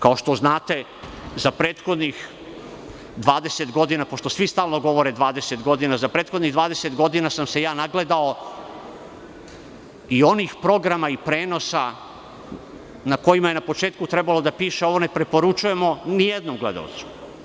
Kao što znate, za prethodnih 20 godina, pošto svi stalno govore 20 godina, sam se ja nagledao i onih programa i prenosa na kojima je na početku trebalo da piše – ovo ne preporučujemo ni jednom gledaocu.